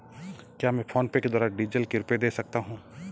क्या मैं फोनपे के द्वारा डीज़ल के रुपए दे सकता हूं?